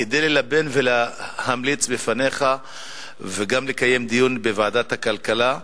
כדי ללבן ולהמליץ המלצות וגם לקיים דיון בוועדת הכלכלה,